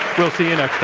we'll see you next